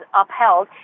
upheld